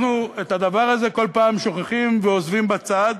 אנחנו את הדבר הזה כל פעם שוכחים ועוזבים בצד.